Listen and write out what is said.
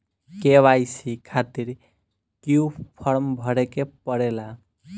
KYC खातिर क्यूं form भरे के पड़ेला?